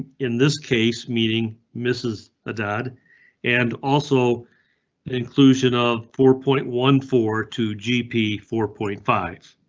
in this case meeting mrs. adad and also inclusion of four point one four two g p four point five.